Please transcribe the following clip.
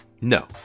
no